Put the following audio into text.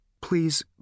Please